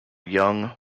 young